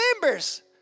members